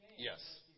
Yes